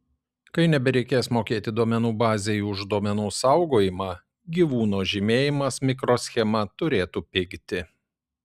kai nebereikės mokėti duomenų bazei už duomenų saugojimą gyvūno žymėjimas mikroschema turėtų pigti